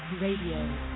Radio